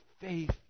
faith